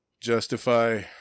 justify